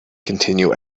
continue